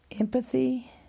empathy